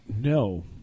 no